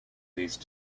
these